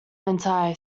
entire